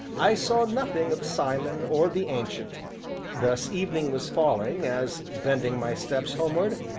i saw nothing of simon or the ancient thus evening was falling as, bending my steps homeward,